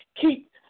keep